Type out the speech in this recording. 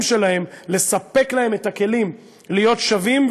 שלהם לספק להם את הכלים להיות שווים,